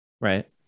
Right